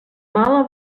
mala